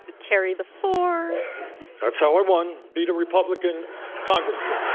carry the four that's how i won, beat a republican congressman